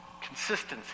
consistency